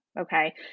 okay